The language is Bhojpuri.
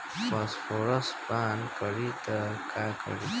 फॉस्फोरस पान करी त का करी?